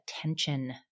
attention